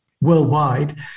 worldwide